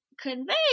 convey